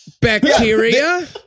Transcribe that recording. Bacteria